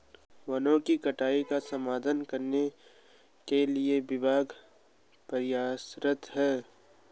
वनों की कटाई का समाधान करने के लिए विभाग प्रयासरत है